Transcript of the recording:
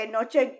Noche